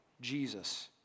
Jesus